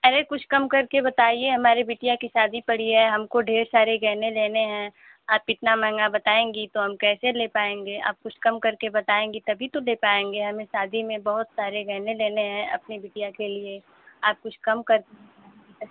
अरे कुछ कम करके बताइये हमारी बिटिया की शादी पड़ी है हमको ढेर सारे गहने लेने हैं आप इतना महँगा बतायेंगी तो हम कैसे ले पायेंगे आप कुछ कम करके बतायेंगी तभी तो दे पायेंगे हमें शादी में बहुत सारे गहने लेने हैं अपनी बिटिया के लिये आप कुछ कम कर